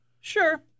Sure